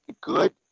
good